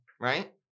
right